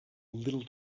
little